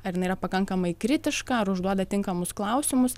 ar jinai yra pakankamai kritiška ar užduoda tinkamus klausimus